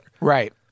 Right